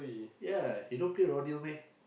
ya he don't play rodeo meh